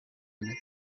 années